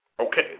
Okay